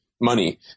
money